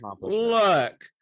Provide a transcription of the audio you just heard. look